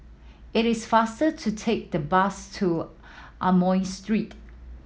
it is faster to take the bus to Amoy Street